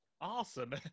Awesome